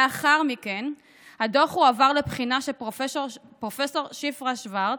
לאחר מכן הדוח הועבר לבחינה של פרופ' שפרה שוורץ,